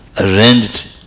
arranged